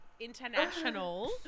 international